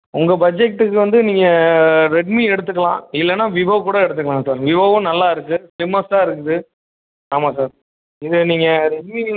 உங்கள் பட்ஜெக்ட்டுக்கு வந்து நீங்கள் ரெட்மி எடுத்துக்கலாம் இல்லைனா விவோ கூட எடுத்துக்கலாம் சார் விவோவும் நல்லாருக்கு ஸ்லிம்மெஸ்ட்டாக இருக்குது ஆமாம் சார் இது நீங்கள் ரெட்மி